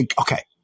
Okay